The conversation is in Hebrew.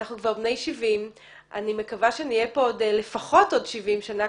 אנחנו כבר בני 70. אני מקווה שנחיה פה לפחות עוד 70 שנים,